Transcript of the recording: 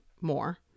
more